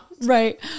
Right